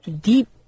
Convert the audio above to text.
deep